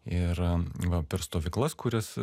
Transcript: ir va per stovyklas kurias